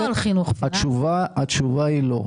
התשובה היא לא.